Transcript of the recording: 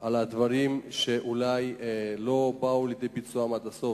על הדברים שאולי לא באו לידי ביצועם עד הסוף.